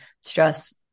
stress